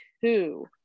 two